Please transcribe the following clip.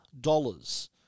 dollars